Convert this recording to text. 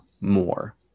more